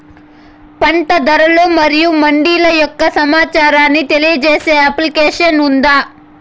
పంట ధరలు మరియు మండీల యొక్క సమాచారాన్ని తెలియజేసే అప్లికేషన్ ఉందా?